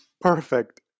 Perfect